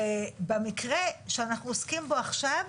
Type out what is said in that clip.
ובמקרה שאנחנו עוסקים בו עכשיו,